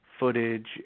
footage